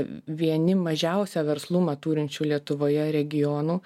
vieni mažiausia verslumą turinčių lietuvoje regionų